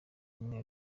umwe